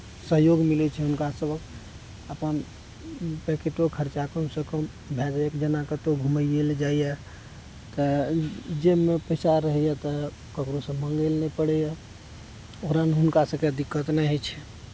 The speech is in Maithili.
सहयोग मिलै छै हुनका सबहक अपन पैकेटो खर्चा कमसँ कम भए जायक जेना कतौ घुमैये लए जाइया तऽ जेबमे पैसा रहैया तऽ ककरोसँ माॅंगैले नहि पड़ैया ओकरामे हुनका सबके दिक्कत नहि होइ छै